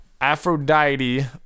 Aphrodite